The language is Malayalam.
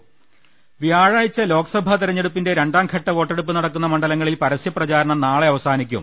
് വ്യാഴാഴ്ച ലോക്സഭാ തിരഞ്ഞെടുപ്പിന്റെ രണ്ടാം ഘട്ട വോട്ടെടു പ്പ് നടക്കുന്ന മണ്ഡലങ്ങളിൽ പരസ്യപ്രചാരണം നാളെ അവസാനി ക്കും